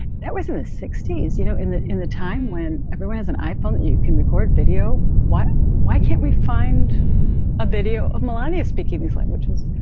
that was in the sixty s. you know, in the in the time when everyone has an iphone, you can record video. why? why can't we find a video of malani speaking these languages?